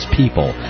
people